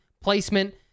placement